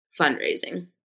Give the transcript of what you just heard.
fundraising